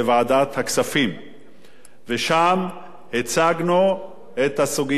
ושם הצגנו את הסוגיה עם ראשי הרשויות,